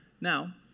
Now